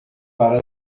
para